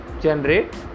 generate